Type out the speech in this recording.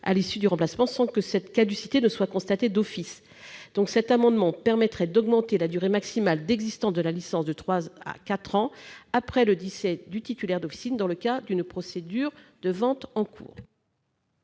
à l'issue du remplacement sans que cette caducité ne soit constatée d'office. En définitive, l'adoption de cet amendement permettrait d'augmenter la durée maximale d'existence de la licence de trois à quatre ans après le décès du titulaire d'officine, dans le cas d'une procédure de vente en cours.